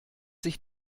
sich